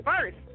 First